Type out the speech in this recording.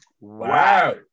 Wow